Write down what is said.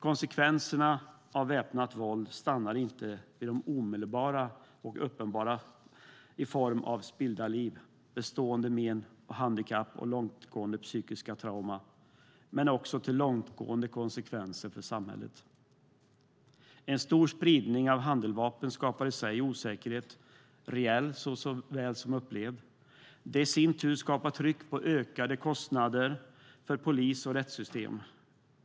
Konsekvenserna av väpnat våld stannar inte vid de omedelbara och uppenbara i form av spillda liv, bestående men och handikapp och långtgående psykiska trauman. Våldet kan också leda till långtgående konsekvenser för samhället. En stor spridning av handeldvapen skapar i sig osäkerhet, reell såväl som upplevd. Det i sin tur skapar tryck på ökade kostnader för polis och rättssystem.